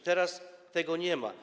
Teraz tego nie ma.